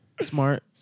Smart